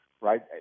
Right